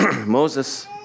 Moses